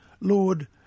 Lord